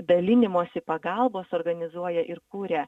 dalinimosi pagalbos organizuoja ir kuria